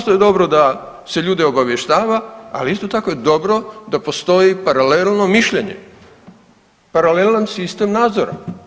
Kao što je dobro da se ljude obavještava, ali isto tako je dobro da postoji paralelno mišljenje, paralelan sistem nadzora.